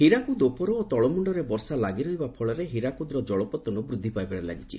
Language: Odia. ହୀରାକୁଦ ଉପର ଓ ତଳମୁଣ୍ଡରେ ବର୍ଷା ଲାଗିରହିବା ଫଳରେ ହୀରାକୁଦର କଳପତ୍ତନ ବୃଦ୍ଧି ପାଇବାରେ ଲାଗିଛି